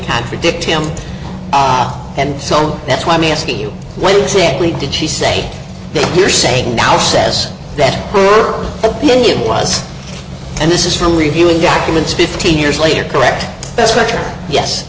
contradict him and so that's why i'm asking you what exactly did she say that you're saying now says that opinion was and this is from reviewing jacqueline's fifteen years later correct that's correct yes